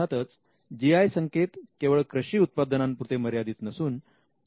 अर्थातच G I संकेत केवळ कृषी उत्पादनांपुरते मर्यादित नसून